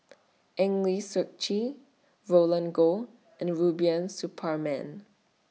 Eng Lee Seok Chee Roland Goh and Rubiah Suparman